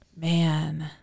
Man